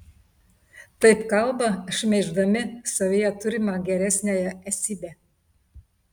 taip kalba šmeiždami savyje turimą geresniąją esybę